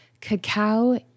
cacao